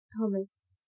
Thomas